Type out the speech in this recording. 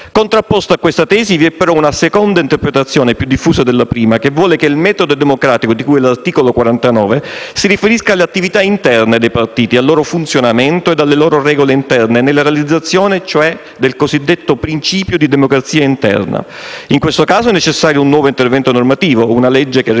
Contrapposta a questa tesi, vi è però una seconda interpretazione, più diffusa della prima, che vuole che il metodo democratico di cui all'articolo 49 si riferisca alle attività interne dei partiti, al loro funzionamento e alle loro regole interne, nella realizzazione, cioè, del cosiddetto principio di democrazia interna. In questo caso, è necessario un nuovo intervento normativo, una legge che realizzi